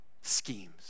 schemes